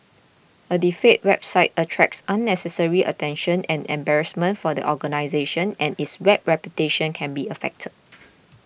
a defaced website attracts unnecessary attention and embarrassment for the organisation and its web reputation can be affected